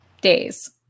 days